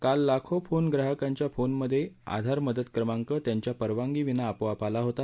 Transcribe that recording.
काल लाखो फोन ग्राहकांच्या फोनमध्य आधार मदत क्रमांक त्यांच्या परवानगीविना आपोआप आला होता